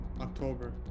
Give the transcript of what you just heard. October